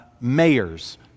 mayors